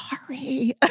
sorry